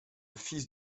fils